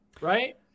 Right